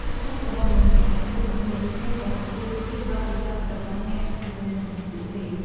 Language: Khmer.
ទុក្ខសោករបស់មនុស្សម្នាក់ៗគឺខុសគ្នា ដូច្នេះកុំប្រៀបធៀបបទពិសោធន៍របស់អ្នកជាមួយនឹងពួកគេ។